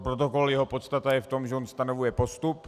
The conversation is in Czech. Protokol, jeho podstata je v tom, že on stanovuje postup.